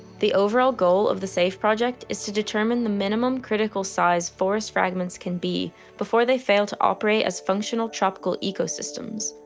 the overall goal of the safe project is to determine the minimum critical size forest fragments can be before they fail to operate as functional tropical ecosystems.